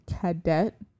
cadet